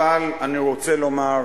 אבל אני רוצה לומר,